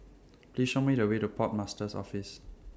Please Show Me The Way to Port Master's Office